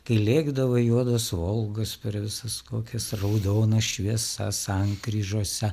kai lėkdavo juodos volgos per visas kokias raudonas šviesas sankryžose